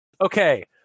Okay